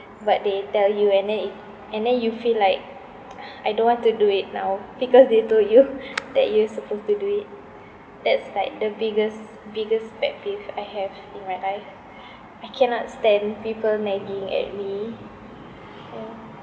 but they tell you and then it and then you feel like I don't want to do it now because they told you that you're supposed to do it that's like the biggest biggest pet peeve I have in my life I cannot stand people nagging at me yeah